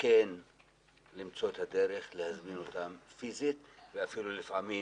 כן למצוא את הדרך להזמין אותם פיזית ואפילו לפעמים